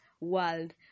world